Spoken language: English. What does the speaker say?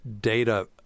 data